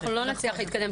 אנחנו לא נצליח להתקדם.